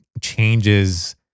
changes